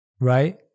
right